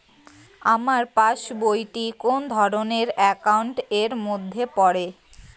আমার পাশ বই টি কোন ধরণের একাউন্ট এর মধ্যে পড়ে?